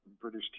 British